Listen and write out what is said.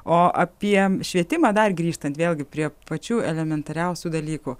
o apie švietimą dar grįžtant vėlgi prie pačių elementariausių dalykų